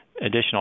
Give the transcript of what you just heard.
additional